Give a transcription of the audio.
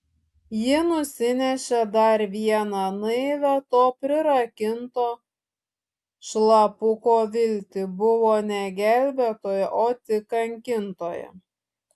ji nusinešė dar vieną naivią to prirakinto šlapuko viltį buvo ne gelbėtoja o tik kankintoja